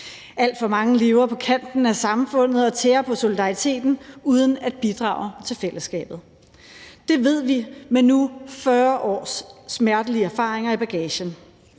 Alt for mange lever på kanten af samfundet og tærer på solidariteten uden at bidrage til fællesskabet. Det ved vi med nu 40 års smertelige erfaringer i bagagen.